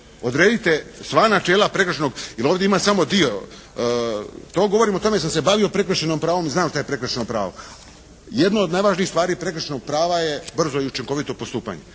Odredite sva načela prekršajnog, jer ovdje ima samo dio. To govorim o tome jer sam se bavio prekršajnim pravom i znam šta je prekršajno pravo. Jedno od najvažnijih stvari prekršajnog prava je brzo i učinkovito postupanje.